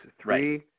three